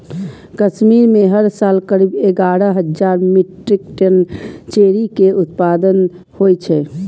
कश्मीर मे हर साल करीब एगारह हजार मीट्रिक टन चेरी के उत्पादन होइ छै